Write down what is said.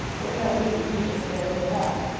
for we don't really need a spare room at all.